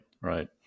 right